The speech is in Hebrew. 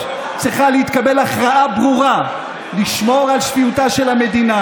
צריכה להתקבל הכרעה ברורה לשמור על שפיותה של המדינה,